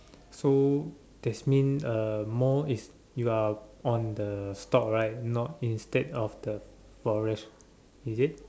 so this means uh more is you are on the stock right not instead of the Forex is it